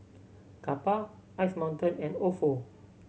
Kappa Ice Mountain and Ofo